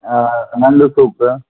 நண்டு சூப்பு